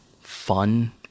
fun